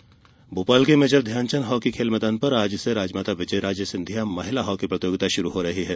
hockey tournament Bhopal के major Dhyanchand hockey खेल मैदान पर आज से राजमाता विजयाराजे सिंधिया महिला हॉकी प्रतियोगिता शुरू हो रहा है